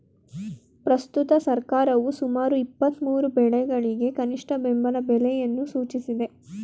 ಪ್ರಸ್ತುತ ಸರ್ಕಾರವು ಸುಮಾರು ಇಪ್ಪತ್ಮೂರು ಬೆಳೆಗಳಿಗೆ ಕನಿಷ್ಠ ಬೆಂಬಲ ಬೆಲೆಯನ್ನು ಸೂಚಿಸಿದೆ